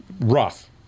rough